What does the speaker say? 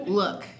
look